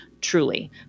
truly